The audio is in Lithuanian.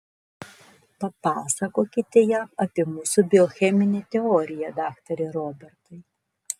papasakokite jam apie mūsų biocheminę teoriją daktare robertai